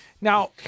Now